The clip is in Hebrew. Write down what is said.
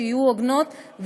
שיהיו הוגנות,